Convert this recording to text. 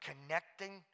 Connecting